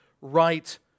right